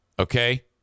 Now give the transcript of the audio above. Okay